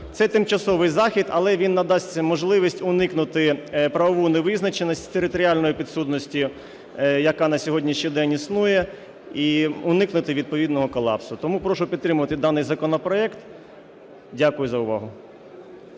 Це тимчасовий захід, але він надасть можливість уникнути правової невизначеності територіальної підсудності, яка на сьогоднішній день існує, і уникнути відповідного колапсу. Тому прошу підтримати даний законопроект. Дякую за увагу.